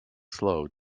slow